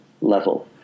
level